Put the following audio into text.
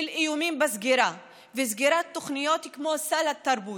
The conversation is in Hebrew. של איומים בסגירה וסגירת תוכניות כמו סל תרבות,